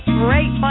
great